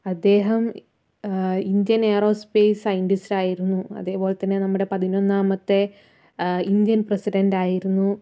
അദ്ദേഹം Indian aerospace scientist ആയിരുന്നു അതേപോലെതന്നെ നമ്മുടെ പതിനൊന്നാമത്തെ ഇന്ത്യൻ പ്രസിഡൻ്റ് ആയിരുന്നു